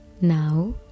Now